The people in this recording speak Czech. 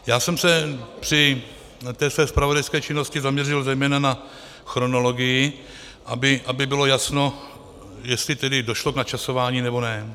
Já jsem se při té své zpravodajské činnosti zaměřil zejména na chronologii, aby bylo jasno, jestli tedy došlo k načasování, nebo ne.